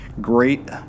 great